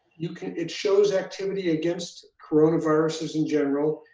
you know it shows activity against coronaviruses in general,